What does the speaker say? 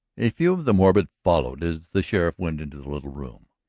a few of the morbid followed as the sheriff went into the little room.